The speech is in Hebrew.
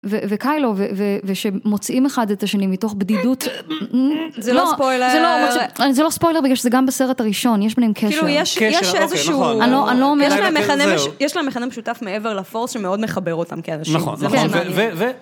ו.. וקיילו, ו.. ו.. ושמוצאים אחד את השני מתוך בדידות... זה לא ספוילר... זה לא ספוילר, בגלל שזה גם בסרט הראשון, יש בניהם קשר. כאילו יש איזשהו... אני לא אומרת... יש להם מכנה משותף מעבר לפורס, שמאוד מחבר אותם כאנשים. נכון.נכון. ו... ו.. ו...